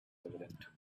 evident